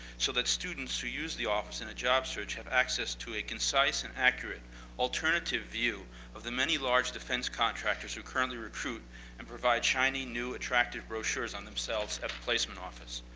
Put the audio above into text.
so that students who use the office in a job search have access to a concise and accurate alternative view of the many large defense contractors who currently recruit and provide shiny, new, attractive brochures on themselves at the placement office.